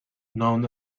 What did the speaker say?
known